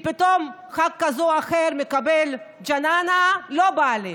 כי אם פתאום ח"כ זה או אחר מקבל ג'ננה: לא בא לי.